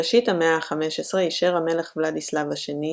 בראשית המאה ה-15 אישר המלך ולדיסלב השני